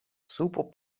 supo